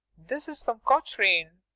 this is from cochrane.